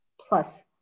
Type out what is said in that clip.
Plus